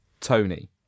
Tony